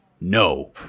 no